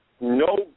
no